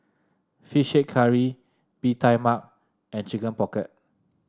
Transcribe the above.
fish head curry Bee Tai Mak and Chicken Pocket